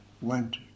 went